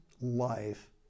life